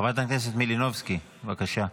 חברת הכנסת מלינובסקי, בבקשה.